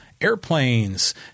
Airplanes